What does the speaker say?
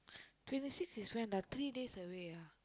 twenty six is when ah three days away ah